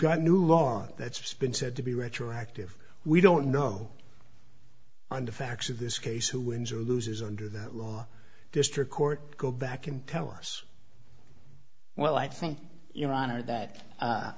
a new law that's been said to be retroactive we don't know on the facts of this case who wins or loses under the law district court go back and tell us well i think your honor that